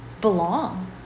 belong